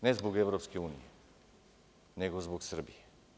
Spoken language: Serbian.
Ne zbog EU, nego zbog Srbije.